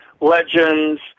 legends